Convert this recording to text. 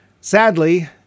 Sadly